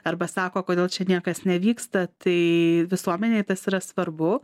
arba sako kodėl čia niekas nevyksta tai visuomenei tas yra svarbu